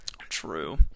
True